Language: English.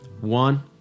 One